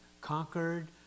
conquered